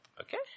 Okay